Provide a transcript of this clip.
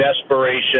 desperation